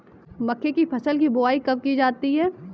मक्के की फसल की बुआई कब की जाती है?